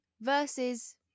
versus